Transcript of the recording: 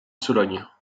sologne